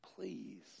please